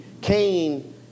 Cain